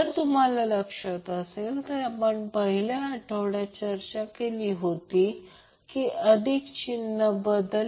जर तुम्हाला लक्षात असेल तर आपण पहिल्या आठवड्यात चर्चा केली होती की अधिक चिन्ह बदल